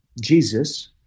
jesus